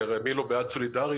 כי הרי מי לא בעד סולידריות,